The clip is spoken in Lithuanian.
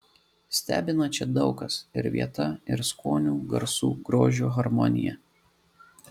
stebina čia daug kas ir vieta ir skonių garsų grožio harmonija